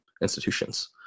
institutions